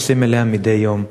נוסעים אליה מדי יום.